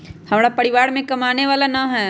हमरा परिवार में कमाने वाला ना है?